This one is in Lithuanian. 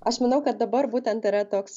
aš manau kad dabar būtent yra toks